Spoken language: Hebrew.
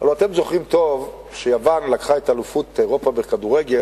הלוא אתם זוכרים טוב שיוון לקחה את אליפות אירופה בכדורגל,